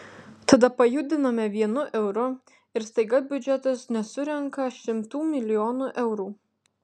tada pajudiname vienu euru ir staiga biudžetas nesurenka šimtų milijonų eurų